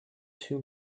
two